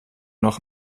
noch